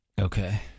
Okay